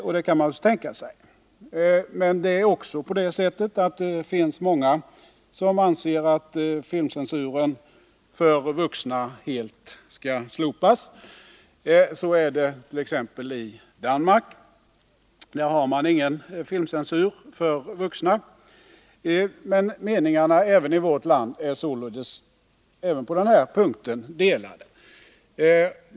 Det kan man naturligtvis tänka sig. Men det är också på det sättet att det finns många som anser att filmcensuren för vuxna helt skall slopas. Det har man gjort t.ex. i Danmark. Meningarna i vårt land är således även på den här punkten delade.